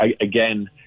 again